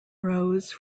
rose